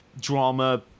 drama